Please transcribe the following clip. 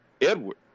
Edward